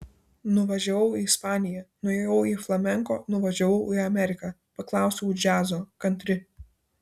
nuvažiavau į ispaniją nuėjau į flamenko nuvažiavau į ameriką paklausiau džiazo kantri